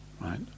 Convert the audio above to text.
right